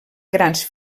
grans